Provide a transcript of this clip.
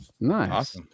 nice